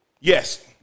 Yes